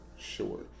Sure